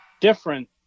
different